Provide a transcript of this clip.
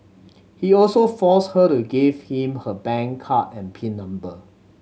he also forced her to give him her bank card and pin number